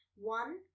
One